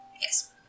Yes